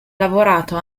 lavorato